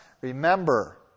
remember